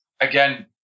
Again